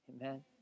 Amen